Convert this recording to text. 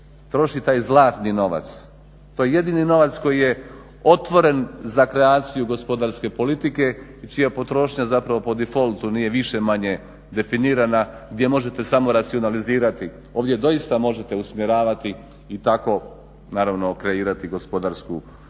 troši taj zlatni novac. To je jedini novac koji je otvoren za kreaciju gospodarske politike i čija potrošnja po difoltu nije više-manje definirana gdje možete samo racionalizirati. Ovdje doista možete usmjeravati i tako naravno kreirati gospodarsku politiku